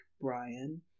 Brian